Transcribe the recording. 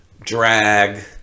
drag